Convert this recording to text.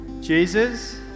Jesus